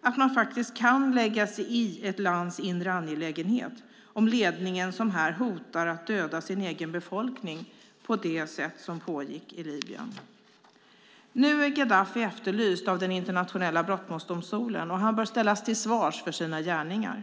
att man faktiskt kan lägga sig i ett lands inre angelägenhet om ledningen hotar och dödar sin egen befolkning på det sätt som pågick i Libyen. Nu är Gaddafi efterlyst av den internationella brottmålsdomstolen, och han bör ställas till svars för sina gärningar.